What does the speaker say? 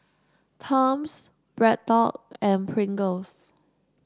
Toms BreadTalk and Pringles